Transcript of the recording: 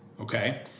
Okay